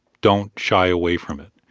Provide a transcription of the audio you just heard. don't shy away from it